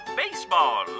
baseball